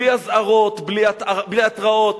בלי אזהרות, בלי התראות.